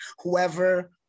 whoever